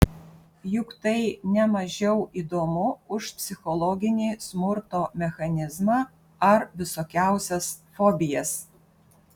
juk tai ne mažiau įdomu už psichologinį smurto mechanizmą ar visokiausias fobijas